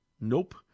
Nope